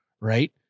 Right